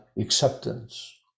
acceptance